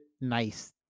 nice